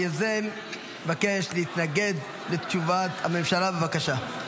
היוזם מבקש להתנגד לתשובת הממשלה, בבקשה.